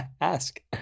Ask